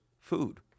food